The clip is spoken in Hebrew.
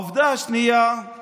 העובדה השנייה היא